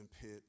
pit